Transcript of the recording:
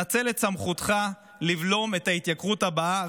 נצל את סמכותך לבלום את ההתייקרות הבאה.